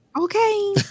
Okay